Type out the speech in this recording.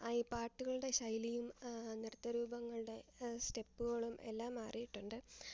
ഈ പാട്ടുകളുടെ ശൈലിയും നൃത്തരൂപങ്ങളുടെ സ്റ്റെപ്പുകളും എല്ലാം മാറിയിട്ടുണ്ട്